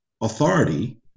authority